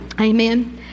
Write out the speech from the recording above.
Amen